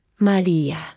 María